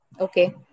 Okay